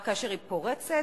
רק כאשר היא פורצת,